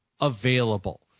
available